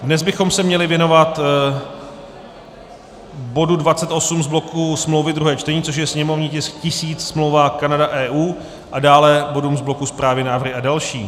Dnes bychom se měli věnovat bodu 28, smlouvy druhé čtení, což je sněmovní tisk 1000, smlouva Kanada EU, a dále bodům z bloku zprávy a další.